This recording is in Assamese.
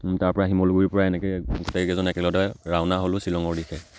তাৰপৰা শিমলগুৰি পৰা এনেকৈ গোটেইকেইজন একেলগতে ৰাওনা হ'লোঁ শ্বিলঙৰ দিশে